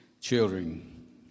children